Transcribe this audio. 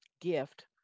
gift